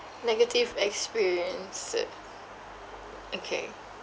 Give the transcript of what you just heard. negative experience okay